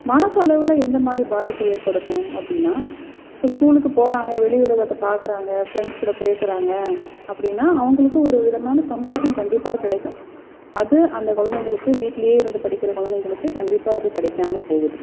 மனசளவில் எந்த மாதிரி பாதிப்பை ஏற்படுத்தும் அப்படின்னா இப்போ ஸ்கூலுக்கு போகிறாங்க வெளி உலகத்தை பாக்கிறாங்க ஃப்ரெண்ட்ஸ் கூட பேசுகிறாங்க அப்படின்னா அவங்களுக்கு ஒரு விதமான சந்தோஷம் கண்டிப்பாக கிடைக்கும் அது அந்த குழந்தைங்களுக்கு வீட்டுலேயே இருந்து படிக்கிற குழந்தைங்களுக்கு கண்டிப்பாக அது கிடைக்காம போகுது